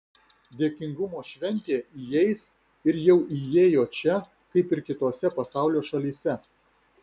dėkingumo šventė įeis ir jau įėjo čia kaip ir kitose pasaulio šalyse